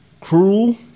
cruel